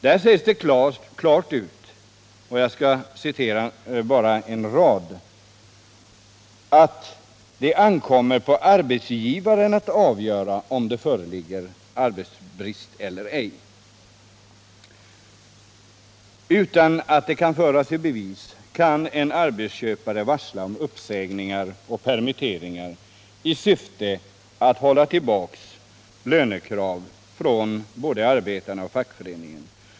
Där sägs det klart ut att det måste ”ankomma på arbetsgivaren att avgöra om det föreligger arbetsbrist eller ej”. Utan att det kan föras i bevis kan en arbetsköpare varsla om uppsägningar och permitteringar i syfte att hålla tillbaka lönekrav från arbetare och fackförening.